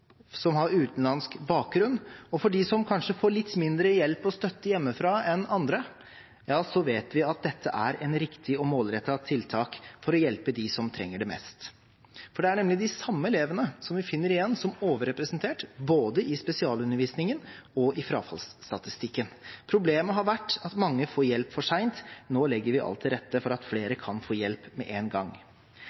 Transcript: som har utenlandsk bakgrunn, og for dem som kanskje får litt mindre hjelp og støtte hjemmefra enn andre, vet vi at dette er et riktig og målrettet tiltak for å hjelpe dem som trenger det mest. For det er nemlig de samme elevene som vi finner igjen som overrepresentert, både i spesialundervisningen og i frafallsstatistikken. Problemet har vært at mange får hjelp for sent. Nå legger vi alt til rette for at flere kan få hjelp med én gang. Men Kristelig Folkeparti ønsker også en